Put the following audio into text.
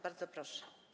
Bardzo proszę.